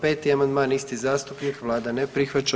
5. amandman isti zastupnik, vlada ne prihvaća.